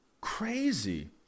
crazy